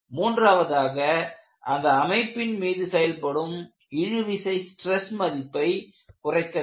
மூன்றாவதாக அந்த அமைப்பின் மீது செயல்படும் இழுவிசை ஸ்டிரஸ் மதிப்பை குறைக்க வேண்டும்